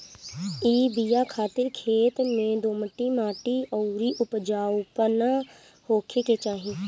इ बिया खातिर खेत में दोमट माटी अउरी उपजाऊपना होखे के चाही